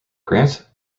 grant